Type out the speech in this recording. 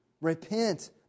Repent